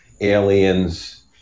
aliens